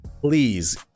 Please